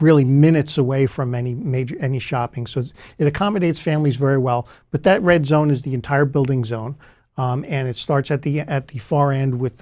really minutes away from any major any shopping so it accommodates families very well but that red zone is the entire building zone and it starts at the at the far end with the